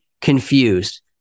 confused